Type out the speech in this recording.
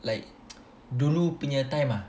like dulu punya time ah